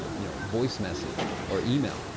you know, voice message or email.